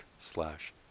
slash